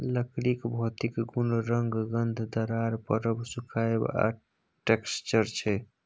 लकड़ीक भौतिक गुण रंग, गंध, दरार परब, सुखाएब आ टैक्सचर छै